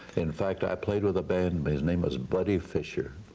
in fact i played with a band, but his name was buddy fisher,